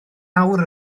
awr